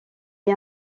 est